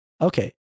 okay